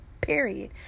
period